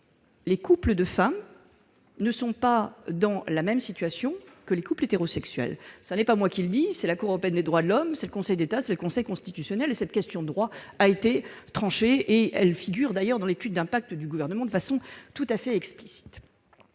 les couples de femmes ne sont pas dans la même situation que les couples hétérosexuels. Ce n'est pas moi qui le dis : c'est la Cour européenne des droits de l'homme, le Conseil d'État et le Conseil constitutionnel. Cette question de droit a été tranchée et cela figure dans l'étude d'impact du Gouvernement de façon tout à fait explicite.